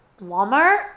Walmart